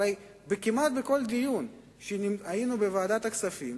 כמעט בכל דיון שהיה בוועדת הכספים